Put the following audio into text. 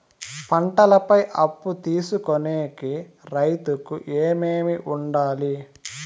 పంటల పై అప్పు తీసుకొనేకి రైతుకు ఏమేమి వుండాలి?